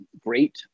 Great